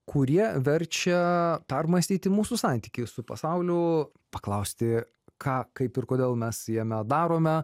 kurie verčia permąstyti mūsų santykį su pasauliu paklausti ką kaip ir kodėl mes jame darome